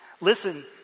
Listen